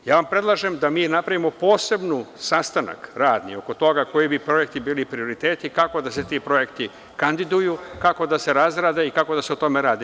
Ja vam predlažem da mi napravimo poseban radni sastanak oko toga koji bi projekti bili prioriteti, kako da se ti projekti kandiduju, kako da se razrade i kako da se o tome radi.